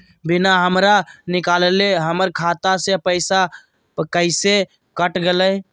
बिना हमरा निकालले, हमर खाता से पैसा कैसे कट गेलई?